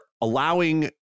allowing